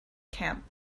camp